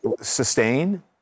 sustain